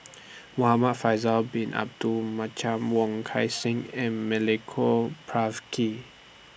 Muhamad Faisal Bin Abdul Wong Kan Seng and Milenko Prvacki